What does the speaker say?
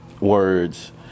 words